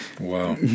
Wow